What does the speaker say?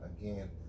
again